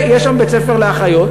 ויש שם בית-ספר לאחיות.